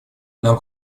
нам